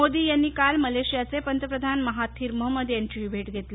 मोदी यांनी काल मलेशियाचे पंतप्रधान महाथीर महम्मद यांची भेा घेतली